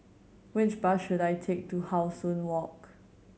which bus should I take to How Sun Walk